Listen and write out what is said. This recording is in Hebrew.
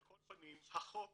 על כל פנים, החוק